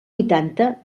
vuitanta